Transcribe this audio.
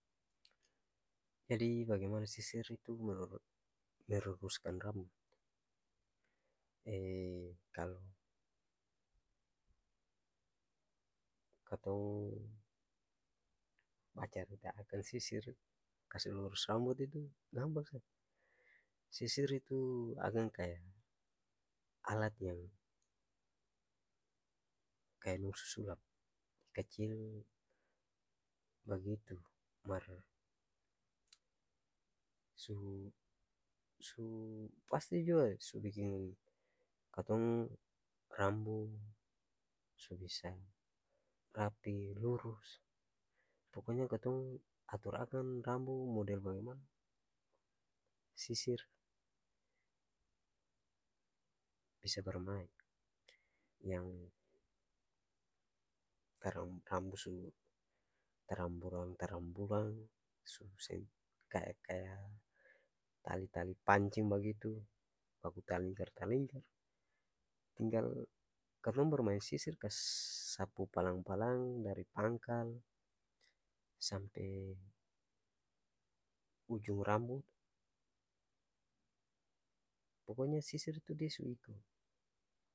Jadi bagemana sisir itu menurut meruruskan rambut kalo katong bacarita akang sisir kasi lurus rambut itu gampang saja sisir itu akang kaya alat yang kaya kacil bagitu mar su su-pasti jua su biking katong rambu su bisa rapi, lurus poko nya katong ator akang rambu model bagemana sisir bisa barmaeng yang taram rambu su taramburang-taramburang su seng kaya-kaya tali-tali pancing bagitu baku talingkar-talingkar tinggal katong barmaeng sisir kas sapu palang-palang dari pangkal sampe ujung rambu poko nya sisir tu dia su iko.